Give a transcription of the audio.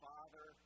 Father